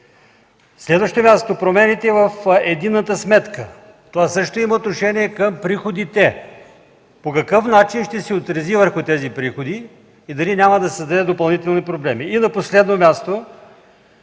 ще го вземем? Промените в единната сметка също има отношение към приходите – по какъв начин ще се отрази върху тези приходи и дали няма да създаде допълнително проблеми? И на последно място,